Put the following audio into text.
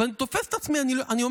אני תופס את עצמי ואני אומר,